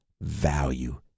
value